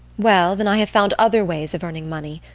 well, then i have found other ways of earning money.